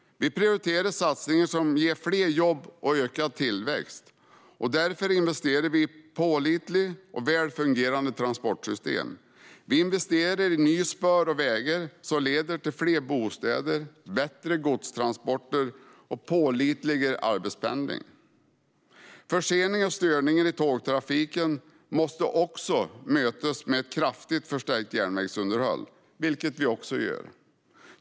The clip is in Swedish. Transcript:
Vi prioriterar satsningar som ger fler jobb och ökad tillväxt. Därför investerar vi i pålitliga och välfungerande transportsystem. Vi investerar i nya spår och vägar som leder till fler bostäder, bättre godstransporter och pålitligare arbetspendling. Förseningar och störningar i tågtrafiken måste mötas med ett kraftigt förstärkt järnvägsunderhåll, vilket vi också gör.